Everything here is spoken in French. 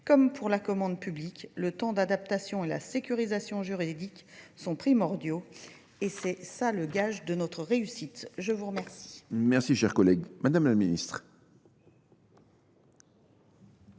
Comme pour la commande publique, le temps d'adaptation et la sécurisation juridique sont primordiaux et c'est ça le gage de notre réussite. Je vous remercie. Monsieur le Président, Madame la Sénatrice,